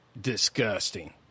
disgusting